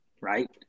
right